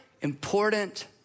important